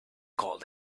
called